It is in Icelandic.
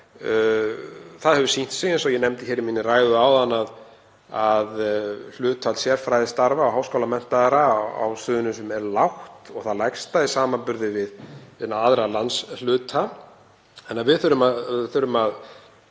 Það hefur sýnt sig, eins og ég nefndi í ræðu minni áðan, að hlutfall sérfræðistarfa háskólamenntaðra á Suðurnesjum er lágt og það lægsta í samanburði við aðra landshluta.